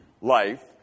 life